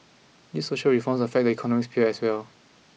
these social reforms affect the economic sphere as well